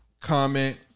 comment